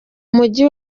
mujyi